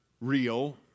real